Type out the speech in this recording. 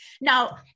Now